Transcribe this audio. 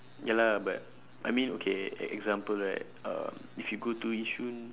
ya lah but I mean okay ex~ example right uh if you go to yishun